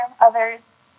others